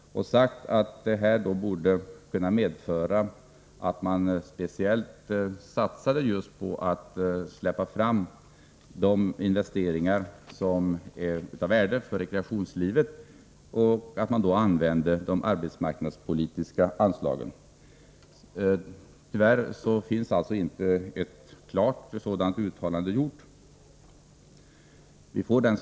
Man har sagt att detta borde kunna medföra speciella satsningar på de investeringar som är av värde för rekreationslivet, varvid man skulle använda de arbetsmarknadspolitiska anslagen. Tyvärr har något klart uttalande inte gjorts om detta.